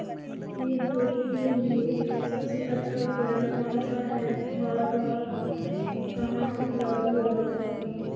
खेत जोतने के लिए सबसे अच्छा उपकरण कौन सा है और वह कहाँ उपलब्ध होगा?